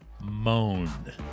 moan